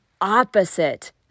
opposite